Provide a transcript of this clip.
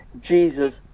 Jesus